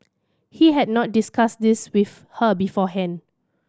he had not discussed this with her beforehand